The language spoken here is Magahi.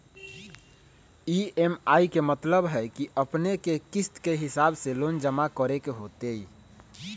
ई.एम.आई के मतलब है कि अपने के किस्त के हिसाब से लोन जमा करे के होतेई?